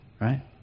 right